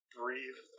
breathe